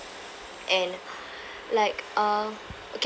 and like uh okay